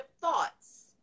thoughts